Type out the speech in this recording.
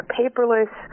paperless